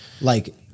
Like-